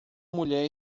mulher